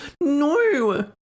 no